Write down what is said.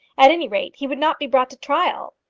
at any rate, he would not be brought to trial.